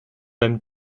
même